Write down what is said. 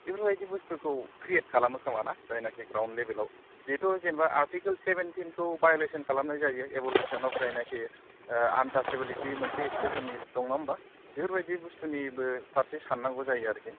बेफोरबायदि बुसथुखौ क्रियेत खालामो खोमा ना जायनोखि ग्राउन्ड लेबेलाव बिथ' जेनेबा आरतिकोल सेबेनथिनखौ भाय'लेसन खालामनाय जायो एब'लिसन अफ जायनोखि ओ आनतासिब'लिति मोनसे रोखोमनि दं नङा होम्बा बे बुसथु'निबो फारसे साननांगौ जायो आरोखि